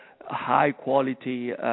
High-quality